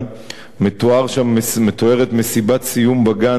מתוארת מסיבת סיום בגן בעזה,